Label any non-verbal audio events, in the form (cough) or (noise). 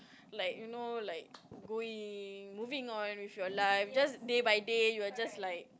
(noise) like you know like going moving on with your life just day by day you're just like